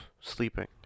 sleeping